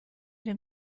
dem